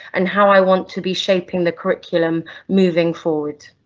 and how i want to be shaping the curriculum moving forward.